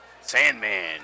Sandman